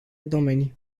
domenii